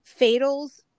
fatals